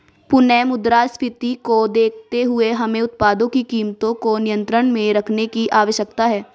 पुनः मुद्रास्फीति को देखते हुए हमें उत्पादों की कीमतों को नियंत्रण में रखने की आवश्यकता है